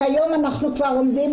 כיום אנחנו כבר עומדים